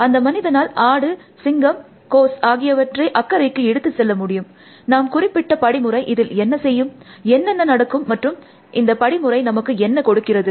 அந்த மனிதனால் ஆட்டு சிங்கம் கோஸ் ஆகியவற்றை அக்கரைக்கு எடுத்து செல்ல முடியும் நாம் குறிப்பிட்ட படிமுறை இதில் என்ன செய்யும் என்னென்ன நடக்கும் மற்றும் இந்த படிமுறை நமக்கு என்ன கொடுக்கிறது